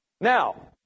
now